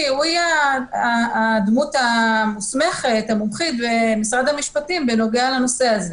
יהיה הגורם המוסמך והמומחה במשרד המשפטים בנוגע לנושא הזה.